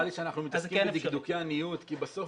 נראה לי שאנחנו מתעסקים בדקדוקי עניות כי בסוף